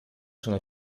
sono